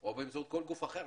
או באמצעות כל גוף אחר,